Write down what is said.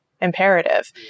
imperative